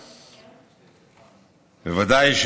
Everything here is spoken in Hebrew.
בוודאי,